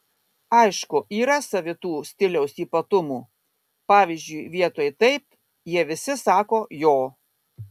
aišku yra savitų stiliaus ypatumų pavyzdžiui vietoj taip jie visi sako jo